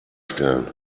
stellen